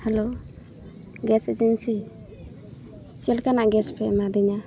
hello gas agency ᱪᱮᱫ ᱞᱮᱠᱟᱱᱟᱜ gas ᱯᱮ ᱮᱢᱟᱫᱤᱧᱟ